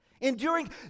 enduring